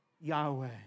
Yahweh